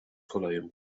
koleją